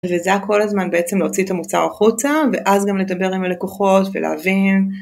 וזה הכל הזמן בעצם להוציא את המוצר החוצה ואז גם לדבר עם הלקוחות ולהבין.